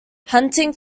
hunting